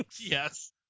Yes